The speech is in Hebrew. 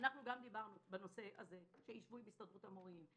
דיברנו על כך שיישבו עם הסתדרות המורים,